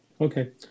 Okay